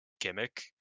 gimmick